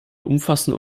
umfassende